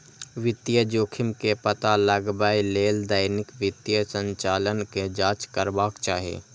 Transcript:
वित्तीय जोखिम के पता लगबै लेल दैनिक वित्तीय संचालन के जांच करबाक चाही